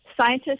scientists